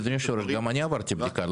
גם אני עברתי בדיקה,